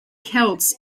celts